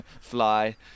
fly